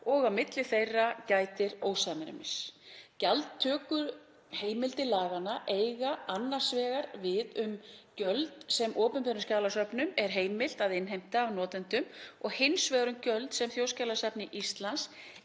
og á milli þeirra gætir ósamræmis. Gjaldtökuheimildir laganna eiga annars vegar við um gjöld sem opinberum skjalasöfnum er heimilt að innheimta af notendum og hins vegar um gjöld sem Þjóðskjalasafni Íslands